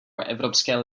evropské